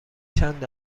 چند